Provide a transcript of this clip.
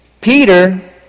Peter